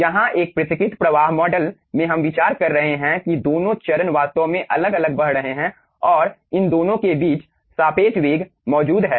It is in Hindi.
यहां एक पृथक्कृत प्रवाह मॉडल में हम विचार कर रहे हैं कि दोनों चरण वास्तव में अलग अलग बह रहे हैं और इन दोनों के बीच सापेक्ष वेग मौजूद है